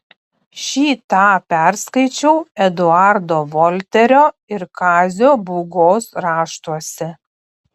šį tą perskaičiau eduardo volterio ir kazio būgos raštuose